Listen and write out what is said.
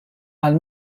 għal